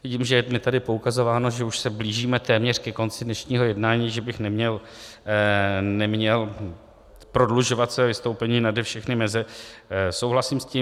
Tím, že je tady poukazováno, že už se blížíme téměř ke konci dnešního jednání, že bych neměl prodlužovat své vystoupení nade všechny meze, souhlasím s tím.